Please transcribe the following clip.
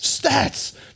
stats